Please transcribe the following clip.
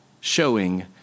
showing